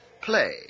Play